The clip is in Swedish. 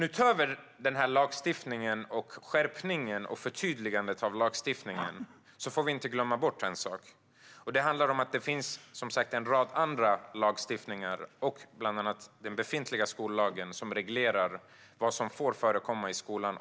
Utöver denna lagstiftning samt skärpningen och förtydligandet av den får vi dock inte glömma bort en sak, nämligen att det som sagt finns en rad andra lagstiftningar - bland annat den befintliga skollagen - som reglerar vad som får och inte får förekomma i skolan.